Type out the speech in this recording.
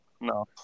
No